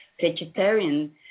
vegetarian